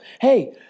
hey